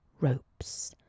ropes